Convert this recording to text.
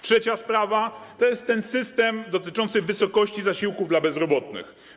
Trzecia sprawa to jest ten system dotyczący wysokości zasiłku dla bezrobotnych.